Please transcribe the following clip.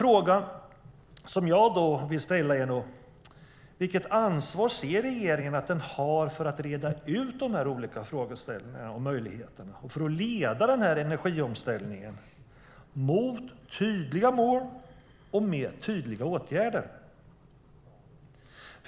Frågan som jag vill ställa är: Vilket ansvar ser regeringen att den har för att reda ut de olika frågeställningarna och möjligheterna och för att leda energiomställningen mot tydliga mål och med tydliga åtgärder?